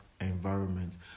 environment